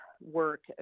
work